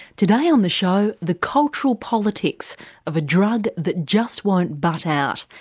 today on the show, the cultural politics of a drug that just won't butt out.